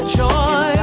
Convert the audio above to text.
joy